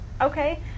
Okay